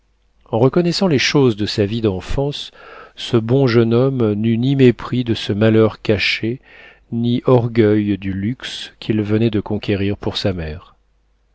en reconnaissant les choses de sa vie d'enfance ce bon jeune homme n'eut ni mépris de ce malheur caché ni orgueil du luxe qu'il venait de conquérir pour sa mère